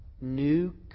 New